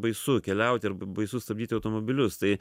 baisu keliauti ir baisu stabdyti automobilius tai